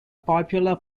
popular